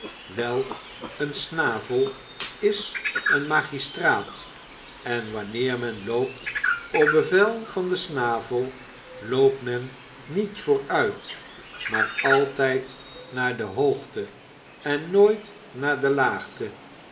wel een snavel is een magistraat en wanneer men loopt op bevel van den snavel loopt men niet vooruit maar altijd naar de hoogte en nooit naar de laagte